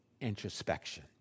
introspection